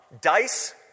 dice